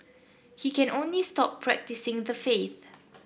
he can only stop practising the faith